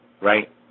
right